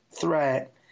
threat